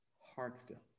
heartfelt